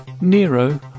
Nero